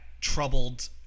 troubled